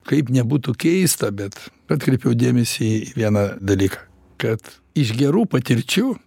kaip nebūtų keista bet atkreipiau dėmesį į vieną dalyką kad iš gerų patirčių